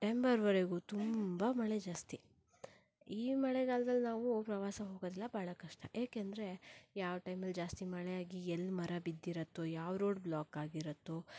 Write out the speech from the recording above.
ಸೆಪ್ಟೆಂಬರ್ವರೆಗೂ ತುಂಬಾ ಮಳೆ ಜಾಸ್ತಿ ಈ ಮಳೆಗಾಲದಲ್ಲಿ ನಾವು ಪ್ರವಾಸ ಹೋಗೋದೆಲ್ಲ ಬಹಳ ಕಷ್ಟ ಯಾಕೆಂದರೆ ಯಾವ ಟೈಮಲ್ಲಿ ಜಾಸ್ತಿ ಮಳೆ ಆಗಿ ಎಲ್ಲಿ ಮರ ಬಿದ್ದಿರತ್ತೋ ಯಾವ ರೋಡ್ ಬ್ಲಾಕ್ ಆಗಿರತ್ತೋ